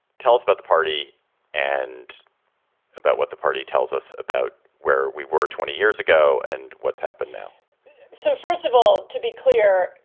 tell us about the party and about what the party tells us about where we were twenty years ago and what's happened now so, first of all, to be clear,